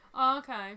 Okay